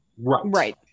Right